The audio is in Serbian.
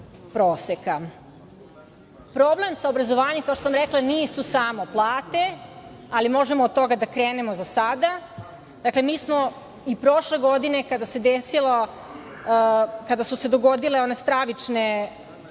proseka. Problem sa obrazovanjem, kao što sam rekla, nisu samo plate, ali možemo od toga da krenemo za sada. Mi smo i prošle godine kada su se dogodile one stravični